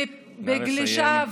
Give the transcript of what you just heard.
בגלישה,